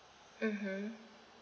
mmhmm